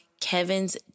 Kevin's